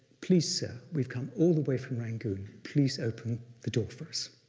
please, sir, we've come all the way from rangoon, please open the door for us.